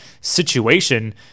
situation